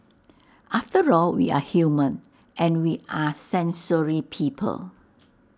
after all we are human and we are sensory people